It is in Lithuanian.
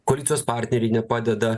koalicijos partneriai nepadeda